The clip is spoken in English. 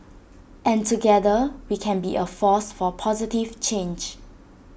and together we can be A force for positive change